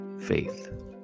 faith